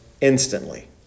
instantly